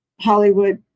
hollywood